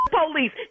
police